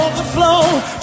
Overflow